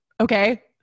Okay